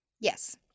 Yes